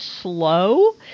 slow